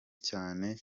cyane